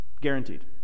Guaranteed